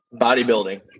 Bodybuilding